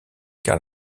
car